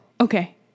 okay